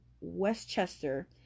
Westchester